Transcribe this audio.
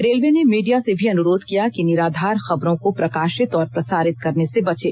railway ने media से भी अनुरोध किया कि निराधार खबरों को प्रकाशित और प्रसारित करने से बचे